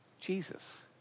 Jesus